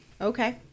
Okay